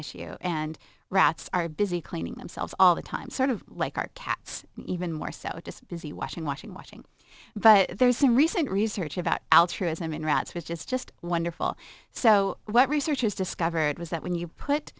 issue and rats are busy cleaning themselves all the time sort of like our cats even more so just busy washing washing watching but there is some recent research about altruism in rats was just just wonderful so what researchers discovered was that when you put